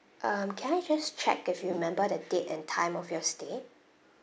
um can I just check if you remember the date and time of your stay